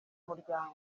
muryango